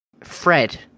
Fred